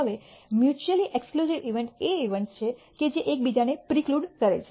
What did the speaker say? હવે mutually exclusive events એ events છે જે એકબીજાને પ્રિક્લૂડ કરે છે